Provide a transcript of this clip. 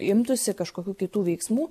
imtųsi kažkokių kitų veiksmų